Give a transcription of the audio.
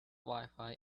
wifi